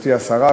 גברתי השרה,